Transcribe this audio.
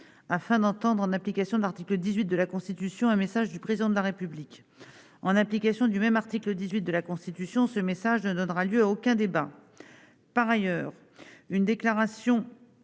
afin d'entendre, en application de l'article 18 de la Constitution, un message du Président de la République. En application du même article 18 de la Constitution, ce message ne donnera lieu à aucun débat. Par ailleurs, une déclaration